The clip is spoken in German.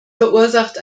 verursacht